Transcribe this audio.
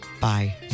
Bye